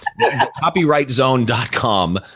Copyrightzone.com